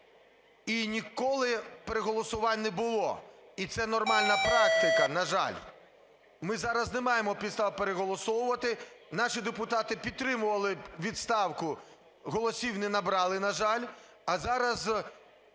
і ніколи переголосувань не було, і це нормальна практика, на жаль. Ми зараз не маємо підстав переголосовувати. Наші депутати підтримували відставку, голосів не набрали, на жаль. А зараз,